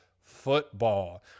football